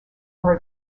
are